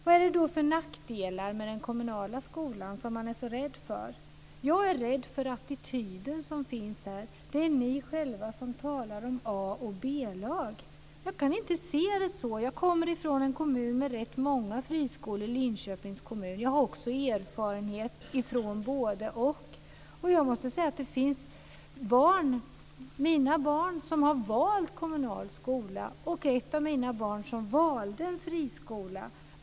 Vad är det då för nackdelar med den kommunala skolan som man är så rädd för? Jag är rädd för attityden som finns här. Det är ni själva som talar om A och B-lag. Jag kan inte se det så. Jag kommer från en kommun med rätt många friskolor, Linköpings kommun. Jag har också erfarenhet från båda. Ett av mina barn har valt kommunal skola och det andra barnet valde en friskola.